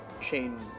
chain